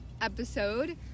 episode